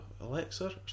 Alexa